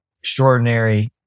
extraordinary